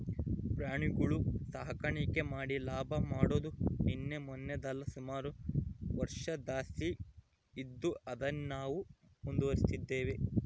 ಪ್ರಾಣಿಗುಳ ಸಾಕಾಣಿಕೆ ಮಾಡಿ ಲಾಭ ಮಾಡಾದು ನಿನ್ನೆ ಮನ್ನೆದಲ್ಲ, ಸುಮಾರು ವರ್ಷುದ್ಲಾಸಿ ಇದ್ದು ಅದುನ್ನೇ ನಾವು ಮುಂದುವರಿಸ್ತದಿವಿ